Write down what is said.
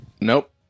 Nope